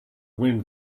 wind